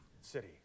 City